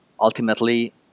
ultimately